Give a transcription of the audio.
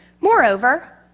Moreover